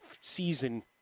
season